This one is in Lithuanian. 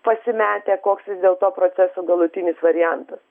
pasimetę koks vis dėlto proceso galutinis variantas